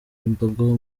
imbogo